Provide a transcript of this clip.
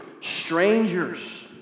strangers